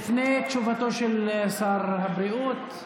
לפני תשובתו של שר הבריאות,